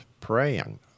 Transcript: praying